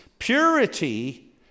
Purity